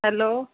hello